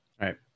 Right